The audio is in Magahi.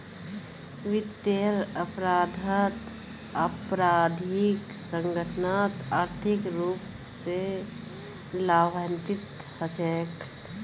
वित्तीयेर अपराधत आपराधिक संगठनत आर्थिक रूप स लाभान्वित हछेक